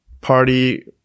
party